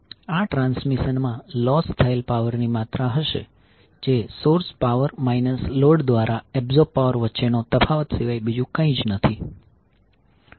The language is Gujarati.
આ ટ્રાન્સમિશનમાં લોસ થયેલ પાવરની માત્રા હશે જે સોર્સ પાવર માઈનસ લોડ દ્વારા એબ્સોર્બ પાવર વચ્ચેના તફાવત સિવાય કંઈ નહીં હોય